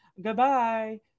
Goodbye